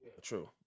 True